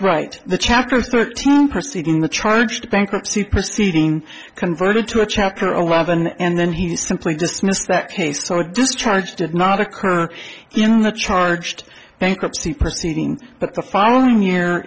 right the chapter thirteen proceeding the charge the bankruptcy proceeding converted to a chapter eleven and then he simply dismissed that case so a discharge did not occur in the charged bankruptcy proceeding but the following year